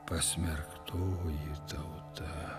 pasmerktoji tauta